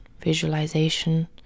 Visualization